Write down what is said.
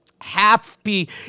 happy